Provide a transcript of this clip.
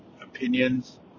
opinions